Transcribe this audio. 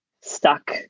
stuck